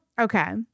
Okay